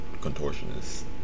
contortionist